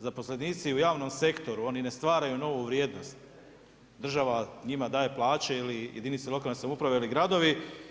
zaposlenici u javnom sektoru oni ne stvaraju novu vrijednost, država njima daje plaće ili jedince lokalne samouprave ili gradovi.